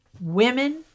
women